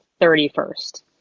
31st